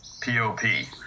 P-O-P